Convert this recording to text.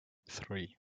three